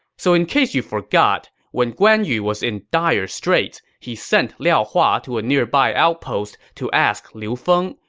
so in case you forgot, when guan yu was in dire straits, he sent liao hua to a nearby outpost to ask liu feng,